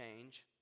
change